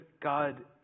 god